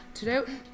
Today